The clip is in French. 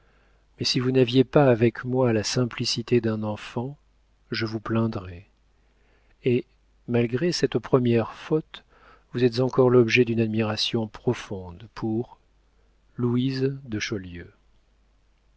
mais si vous n'aviez pas avec moi la simplicité d'un enfant je vous plaindrais et malgré cette première faute vous êtes encore l'objet d'une admiration profonde pour louise de